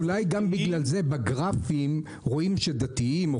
אולי גם בגלל זה בגרפים רואים שדתיים או